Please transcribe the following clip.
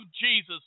Jesus